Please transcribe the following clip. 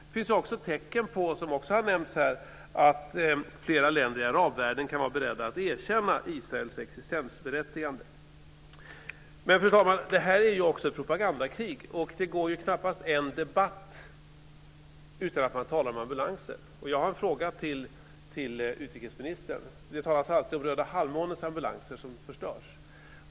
Det finns också tecken på att flera arabländer kan vara beredda att erkänna Israels existensberättigande. Men, fru talman, det här är också ett propagandakrig. Det går knappt en enda debatt utan att man talar om ambulanser. Jag har en fråga till utrikesministern. Det talas alltid om Röda halvmånens ambulanser som förstörs.